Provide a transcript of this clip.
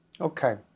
Okay